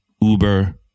Uber